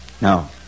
No